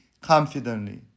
confidently